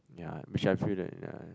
ya which I feel that ya